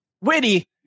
witty